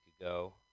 ago